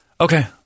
okay